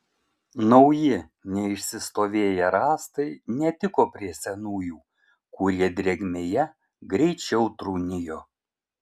nauji neišsistovėję rąstai netiko prie senųjų kurie drėgmėje greičiau trūnijo